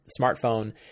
smartphone